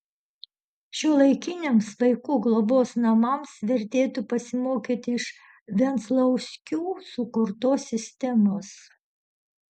šiuolaikiniams vaikų globos namams vertėtų pasimokyti iš venclauskių sukurtos sistemos